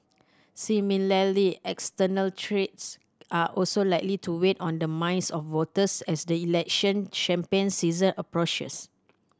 similarly external threats are also likely to weight on the minds of voters as the election champagne season approaches